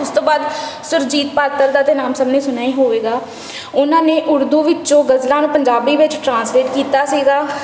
ਉਸ ਤੋਂ ਬਾਅਦ ਸੁਰਜੀਤ ਪਾਤਰ ਦਾ ਤਾਂ ਨਾਮ ਸਭ ਨੇ ਸੁਣਿਆ ਹੀ ਹੋਵੇਗਾ ਉਹਨਾਂ ਨੇ ਉਰਦੂ ਵਿੱਚੋਂ ਗਜ਼ਲਾਂ ਨੂੰ ਪੰਜਾਬੀ ਵਿੱਚ ਟਰਾਂਸਲੇਟ ਕੀਤਾ ਸੀਗਾ